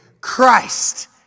Christ